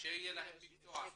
שיהיה להם מקצוע?